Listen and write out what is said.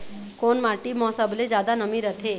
कोन माटी म सबले जादा नमी रथे?